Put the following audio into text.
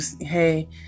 hey